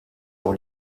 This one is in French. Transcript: pour